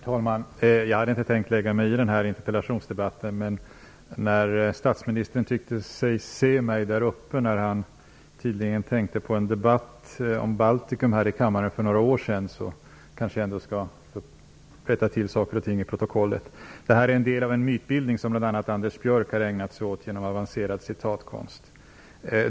Herr talman! Jag hade inte tänkt lägga mig i denna interpellationsdebatt, men när statministern tyckte sig se mig där uppe när han tydligen tänkte på en debatt om Baltikum här i kammaren för några år sedan, så kanske jag ändå skall rätta till saker och ting i protokollet. Det handlar om en del av en mytbildning som bl.a. Anders Björck har ägnat sig åt genom avancerad citatkonst.